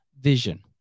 Vision